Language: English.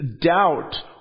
doubt